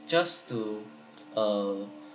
just to uh